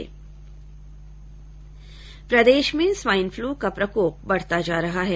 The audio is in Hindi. प्रदेश में स्वाइन फ्लू का प्रकोप बढ़ता जा रहा है